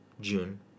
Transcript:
June